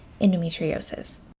endometriosis